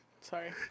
Sorry